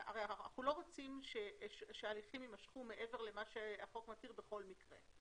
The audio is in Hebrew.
אנחנו לא רוצים שהליכים יימשכו מעבר למה שהחוק מתיר בכל מקרה.